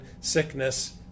sickness